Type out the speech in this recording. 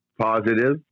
positive